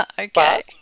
Okay